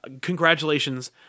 congratulations